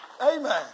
Amen